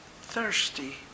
thirsty